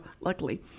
luckily